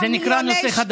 זה נקרא נושא חדש.